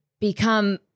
become